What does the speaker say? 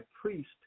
priest